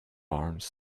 arms